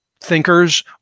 thinkers